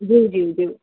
ज्यू ज्यू ज्यू